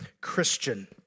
Christian